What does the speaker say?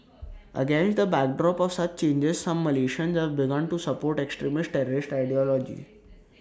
against the backdrop of such changes some Malaysians have begun to support extremist terrorist ideology